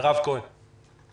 מירב כהן, בבקשה.